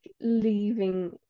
leaving